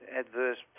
adverse